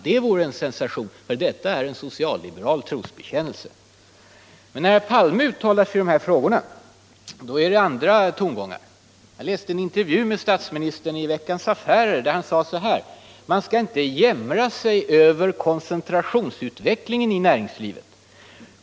Det vore en sensation, för det här är en socialliberal trosbekännelse. Men när herr Palme uttalar sig i dessa frågor är det helt andra tongångar. Jag läste en intervju med statsministern i Veckans Affärer, där han sade att man inte skall ”jämra sig” över koncentrationsutvecklingen i näringslivet.